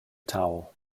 towel